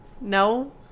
No